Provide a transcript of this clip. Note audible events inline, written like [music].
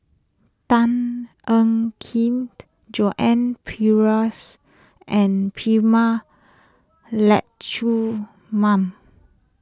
Tan Ean Kiam Joan Pereira's and Prema [unintelligible] mum